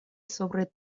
sobre